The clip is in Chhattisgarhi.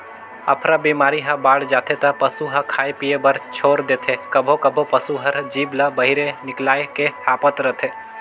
अफरा बेमारी ह बाड़ जाथे त पसू ह खाए पिए बर छोर देथे, कभों कभों पसू हर जीभ ल बहिरे निकायल के हांफत रथे